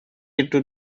into